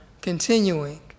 continuing